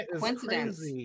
coincidence